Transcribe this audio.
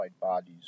bodies